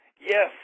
Yes